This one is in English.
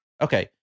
okay